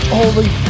Holy